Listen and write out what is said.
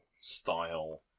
style